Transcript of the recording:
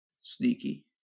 Sneaky